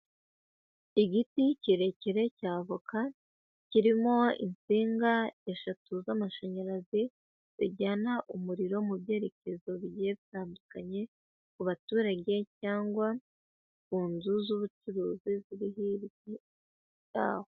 Igiti kirekire cya avoka kirimo insinga eshatu z'amashanyarazi, zijyana umuriro mu byerekezo bigiye bitandukanye, ku baturage cyangwa ku nzu z'ubucuruzi ziri hirya yaho.